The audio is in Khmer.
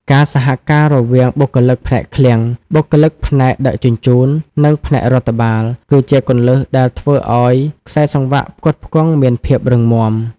ការសហការរវាងបុគ្គលិកផ្នែកឃ្លាំង បុគ្គលិកផ្នែកដឹកជញ្ជូន និងផ្នែករដ្ឋបាល គឺជាគន្លឹះដែលធ្វើឱ្យខ្សែសង្វាក់ផ្គត់ផ្គង់មានភាពរឹងមាំ។